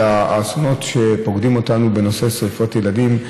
על האסונות שפוקדים אותנו בנושא שרפות ילדים.